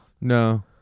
no